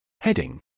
Heading